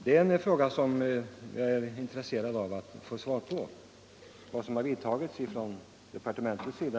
Det är en fråga som jag är intresserad av att få svar på. Jag skulle exempelvis vilja ha ett besked om vad som har vidtagits från departementets sida.